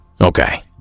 Okay